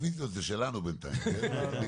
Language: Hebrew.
בגבייה --- אבל מי שעונה על הקריטריונים של ההנחות,